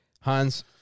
Hans